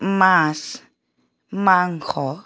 মাছ মাংস